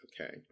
okay